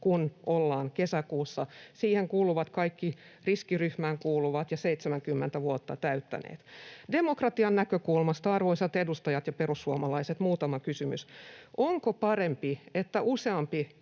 kun ollaan kesäkuussa. Siihen kuuluvat kaikki riskiryhmään kuuluvat ja 70 vuotta täyttäneet. Demokratian näkökulmasta, arvoisat edustajat ja perussuomalaiset, muutama kysymys: Onko parempi, että useampi